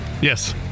yes